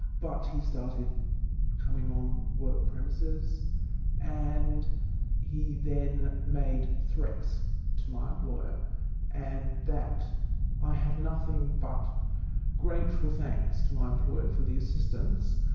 but he started coming on work premises and he then made threats to my employer and i have nothing but grateful thanks to my employer for the assistance.